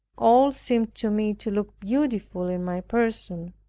all seemed to me to look beautiful in my person,